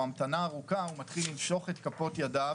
המתנה ארוכה הוא מתחיל לנשוך את כפות ידיו,